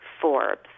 Forbes